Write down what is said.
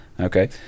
okay